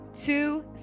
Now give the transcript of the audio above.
two